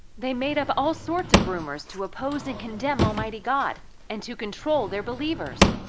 they've made up all sorts of rumors to oppose and condemn almighty god and to control their believers.